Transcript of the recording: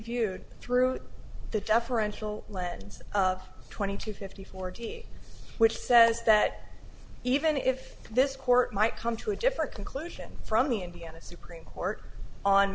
viewed through the jeff are actual lens of twenty two fifty forty which says that even if this court might come to a different conclusion from the indiana supreme court on